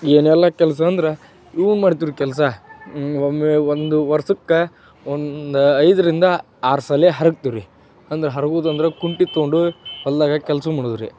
ಏನೆಲ್ಲ ಕೆಲಸ ಅಂದ್ರೆ ಇವು ಮಾಡ್ತೀವ್ರಿ ಕೆಲಸ ಒಮ್ಮೆ ಒಂದು ವರ್ಷಕ್ಕೆ ಒಂದು ಐದರಿಂದ ಆರು ಸಲ ಹರ್ಗ್ತಿವಿ ರಿ ಅಂದ್ರೆ ಹರ್ಗುದಂದ್ರೆ ಕುಂಟೆ ತೊಗೊಂಡು ಹೊಲದಾಗ ಕೆಲಸ ಮಾಡೋದು ರಿ